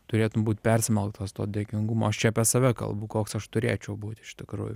turėtum būt persmelktas to dėkingumo aš čia apie save kalbu koks aš turėčiau būt iš tikrųjų